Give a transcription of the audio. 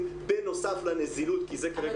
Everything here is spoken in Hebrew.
עושים כדי לייצר את אותם --- מתי נראה את התכנית?